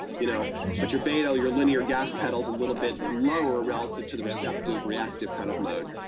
you know but your beta, your linear gas pedal's a little bit lower relative to the receptive, reactive kind of mode.